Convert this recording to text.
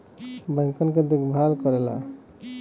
बैंकन के देखभाल करेला